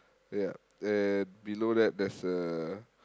ya and below that there's a